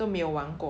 mm